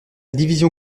division